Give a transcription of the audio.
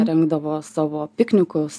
rinkdavo savo piknikus